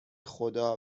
خدا